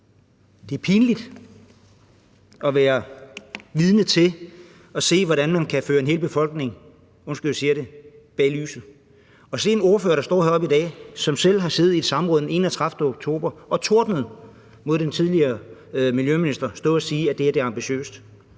Det er pinligt at være vidne til og se, hvordan man kan føre en hel befolkning – undskyld, jeg siger det – bag lyset, og se en ordfører, som selv har siddet i et samråd den 31. oktober og tordnet mod den tidligere miljøminister, stå heroppe i dag og sige, at det her er ambitiøst.